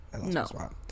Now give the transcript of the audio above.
no